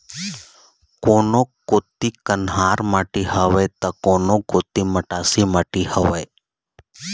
कोनो कोती कन्हार माटी हवय त, कोनो कोती मटासी माटी हवय